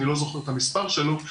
שאני לא זוכר את המספר שלו,